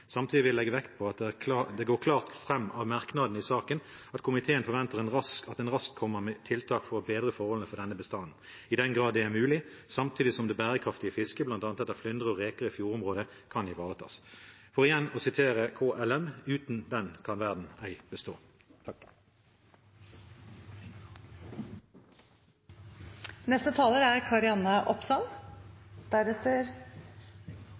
Samtidig vil jeg legge vekt på at det går klart fram av merknadene i saken at komiteen forventer at en raskt kommer med tiltak for å bedre forholdene for denne bestanden i den grad det er mulig, samtidig som det bærekraftige fisket, bl.a. etter flyndre og reker i fjordområdet, kan ivaretas. Og igjen, for å sitere KLM: «Uten den kan verden ei bestå». Ifølge Havforskningsinstituttet er